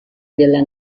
della